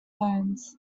zones